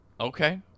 Okay